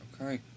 Okay